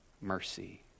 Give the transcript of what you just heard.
mercy